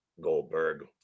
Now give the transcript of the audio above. Goldberg